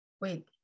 wait